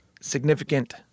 significant